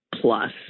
plus